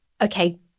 okay